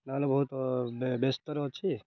ନହେଲେ ବହୁତ ବ୍ୟସ୍ତରେ ଅଛି